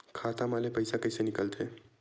खाता मा ले पईसा कइसे निकल थे?